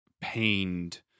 pained